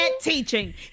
teaching